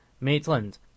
Maitland